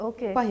Okay